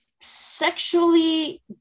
sexually